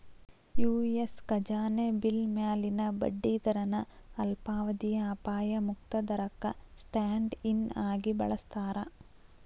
US ಖಜಾನೆ bill ಮ್ಯಾಲಿನ ಬಡ್ಡಿ ದರನ ಅಲ್ಪಾವಧಿಯ ಅಪಾಯ ಮುಕ್ತ ದರಕ್ಕ ಸ್ಟ್ಯಾಂಡ್ ಇನ್ ಆಗಿ ಬಳಸ್ತಾರ